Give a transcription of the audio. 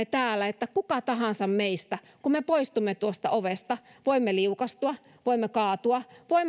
täällä että kuka tahansa meistä kun me poistumme tuosta ovesta voi liukastua voi kaatua voi